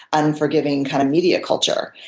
unforgiving kind of media culture.